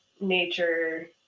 nature